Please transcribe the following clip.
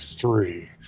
three